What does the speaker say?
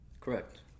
correct